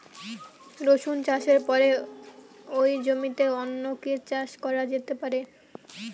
রসুন চাষের পরে ওই জমিতে অন্য কি চাষ করা যেতে পারে?